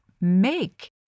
make